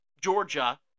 Georgia